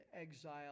exile